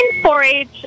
4-H